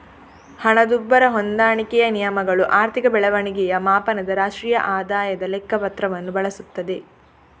ಹಣದುಬ್ಬರ ಹೊಂದಾಣಿಕೆಯ ನಿಯಮಗಳು ಆರ್ಥಿಕ ಬೆಳವಣಿಗೆಯ ಮಾಪನದ ರಾಷ್ಟ್ರೀಯ ಆದಾಯದ ಲೆಕ್ಕ ಪತ್ರವನ್ನು ಬಳಸುತ್ತದೆ